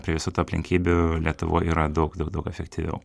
prie visų tų aplinkybių lietuvoj yra daug daug daug efektyviau